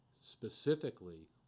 specifically